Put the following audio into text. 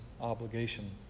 obligation